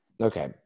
Okay